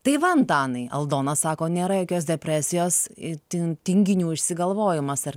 tai va antanai aldona sako nėra jokios depresijos tin tinginių išsigalvojimas ar